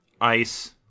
ice